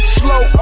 slow